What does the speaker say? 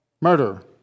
murder